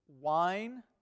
wine